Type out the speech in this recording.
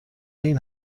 این